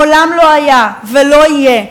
לא היה ולא יהיה,